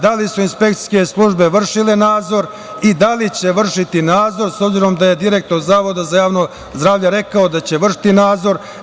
Da li su inspekcijske službe vršile nadzor i da li će vršiti nadzor, s obzirom da je direktor Zavoda za javno zdravlje rekao da će vršiti nadzor.